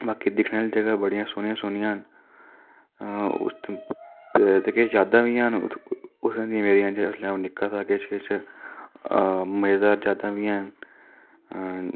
ते बाकी दिक्खने आह्लियां जगहां बी बड़िया सोह्नियां सोह्नियां न ते किश यादां बी हैन उ'त्थुं उ'त्थें दियां मेरियां जिसलै निक्का था किश किश मजेदार यादां बी हैन